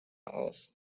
aus